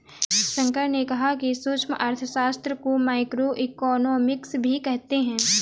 शंकर ने कहा कि सूक्ष्म अर्थशास्त्र को माइक्रोइकॉनॉमिक्स भी कहते हैं